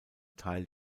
teil